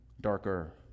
darker